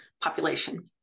population